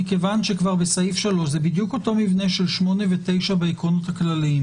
כי בסעיף (3) זה המבנה של 8 ו-9 והעקרונות הכלליים.